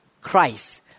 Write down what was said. Christ